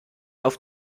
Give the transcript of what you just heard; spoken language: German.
auf